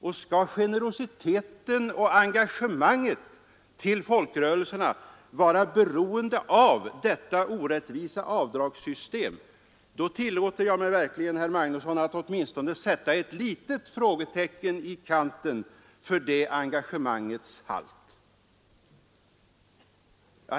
Och skall generositeten mot och engagemanget för folkrörelserna vara beroende av detta orättvisa avdragssystem, då tillåter jag mig, herr Magnusson, att sätta åtminstone ett litet frågetecken i kanten för det engagemangets halt.